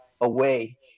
away